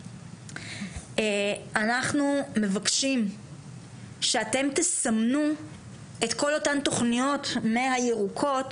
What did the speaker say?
אנחנו מבקשים שאתם תסמנו את כל אותן תוכניות מהירוקות,